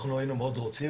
אנחנו היינו מאוד רוצים,